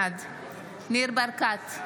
בעד ניר ברקת,